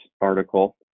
article